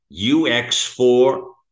UX4